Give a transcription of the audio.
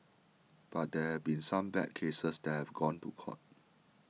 but there have been some bad cases that have gone to court